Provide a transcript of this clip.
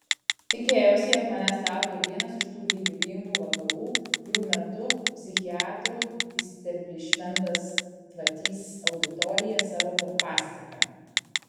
tikėjausi jog manęs laukia vienas iš tų gyvybingų vakarų kurių metu psichiatrų isteblišmentas tvatys auditoriją savo pompastika